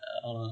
uh ஆமா:aama